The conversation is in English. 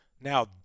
Now